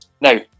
Now